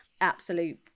absolute